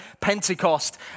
Pentecost